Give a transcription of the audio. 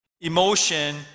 emotion